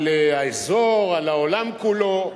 על האזור, על העולם כולו.